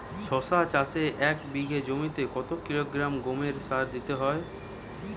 শশা চাষে এক বিঘে জমিতে কত কিলোগ্রাম গোমোর সার দিতে হয়?